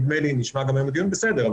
בסדר,